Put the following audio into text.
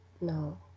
no